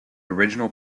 original